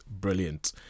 brilliant